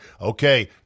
okay